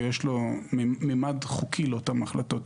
ויש לו ממד חוקי לאותן החלטות,